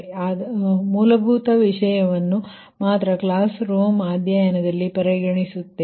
ಆದ್ದರಿಂದ ಮೂಲಭೂತ ವಿಷಯವನ್ನು ಮಾತ್ರ ಕ್ಲಾಸ್ ರೂಮ್ ಅಧ್ಯಯನದಲ್ಲಿ ಪರಿಗಣಿಸುತ್ತೇವೆ